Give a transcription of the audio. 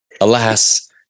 Alas